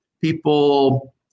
people